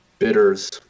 Bitters